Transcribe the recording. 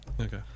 Okay